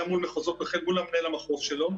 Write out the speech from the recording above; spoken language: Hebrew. הוא היה מול מנהל המחוז שלו,